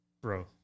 Bro